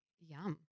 Yum